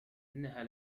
إنها